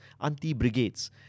anti-brigades